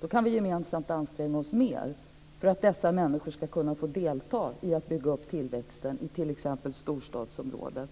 Då kan vi gemensamt anstränga oss mer för att dessa människor ska få delta i uppbyggandet av tillväxten i storstadsområdena.